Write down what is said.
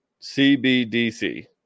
CBDC